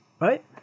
right